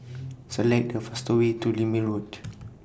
Select The fastest Way to Lermit Road